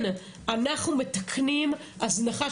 כן, אנחנו מתקנים הזנחה.